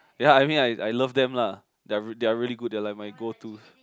ya I mean I I love them lah they are really good they are like my go-to